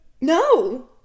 No